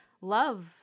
love